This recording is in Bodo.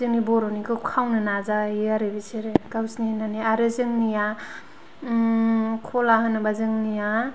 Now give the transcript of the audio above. जोंनि बर'निखौ खावनो नाजायो गावसिनि होन्नानै आरो जोंनिया कला होनोबा जोंनिया